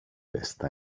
bästa